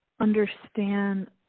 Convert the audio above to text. understand